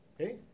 okay